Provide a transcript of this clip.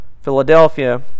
Philadelphia